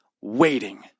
waiting